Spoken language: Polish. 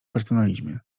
personalizmie